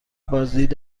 بازدید